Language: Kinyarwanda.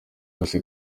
yose